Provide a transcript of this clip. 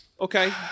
Okay